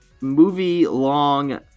movie-long